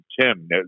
Tim